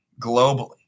globally